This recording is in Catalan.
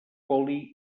oli